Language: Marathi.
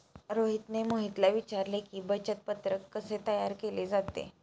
रोहितने मोहितला विचारले की, बचत पत्रक कसे तयार केले जाते?